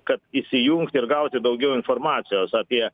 kad įsijungti ir gauti daugiau informacijos apie